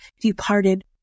departed